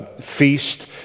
feast